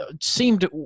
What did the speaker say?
seemed